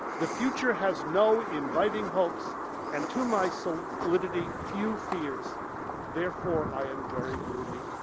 the future has no inviting hopes and to my so solidity few fears therefore i am very gloomy.